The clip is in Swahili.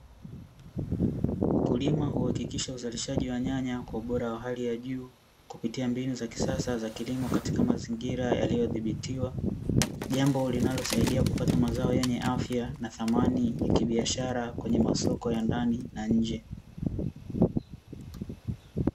Mkulima huhakikisha uzalishaji wa nyanya kwa ubora wa hali ya juu kupitia mbinu za kisasa za kilimo katika mazingira yaliyodhibitiwa. Jambo linalosaidia kupata mazao yenye afya na dhamani ya kibiashara kwenye masoko ya ndani na nje.